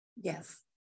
Yes